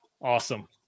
Awesome